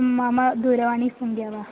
मम दूरवाणीसङ्ख्या वा